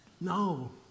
No